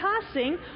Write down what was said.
passing